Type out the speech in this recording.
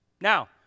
now